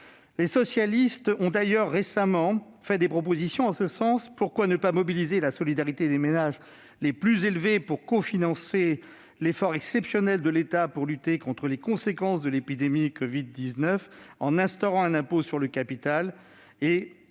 socialiste a d'ailleurs récemment fait des propositions en ce sens. Pourquoi ne pas mobiliser la solidarité des ménages les plus aisés pour cofinancer l'effort exceptionnel de l'État pour lutter contre les conséquences de l'épidémie de covid-19, en instaurant un impôt sur le capital